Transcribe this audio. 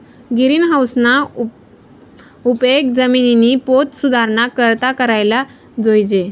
गिरीनहाऊसना उपेग जिमिननी पोत सुधाराना करता कराले जोयजे